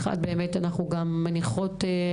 אנחנו, כולל